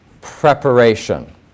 preparation